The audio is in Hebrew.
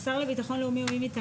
(א) השר לביטחון לאומי או מי מטעמו